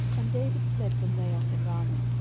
and david fled from naioth in ramah,